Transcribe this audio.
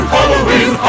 Halloween